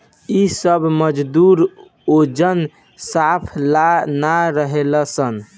इ सब मजदूरा ओजा साफा ला ना रहेलन सन